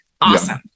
Awesome